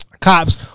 Cops